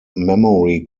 memory